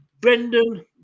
brendan